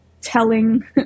telling